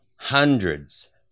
hundreds